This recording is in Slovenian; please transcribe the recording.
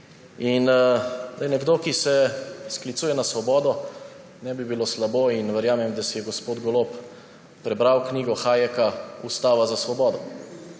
Nekdo, ki se sklicuje na svobodo, ne bi bilo slabo in verjamem, da si je gospod Golob prebral knjigo Hayeka Ustava za svobodo.